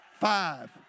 Five